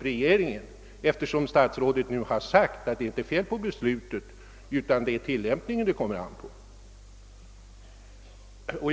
re geringen, eftersom statsrådet har sagt att det bara är tillämpningen det kommer an på.